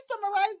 summarize